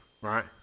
right